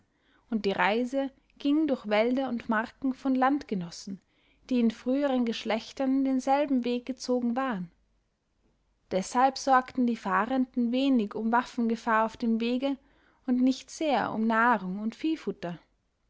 und die reise ging durch wälder und marken von landgenossen die in früheren geschlechtern denselben weg gezogen waren deshalb sorgten die fahrenden wenig um waffengefahr auf dem wege und nicht sehr um nahrung und viehfutter